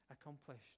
accomplished